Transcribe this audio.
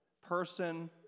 person